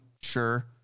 Sure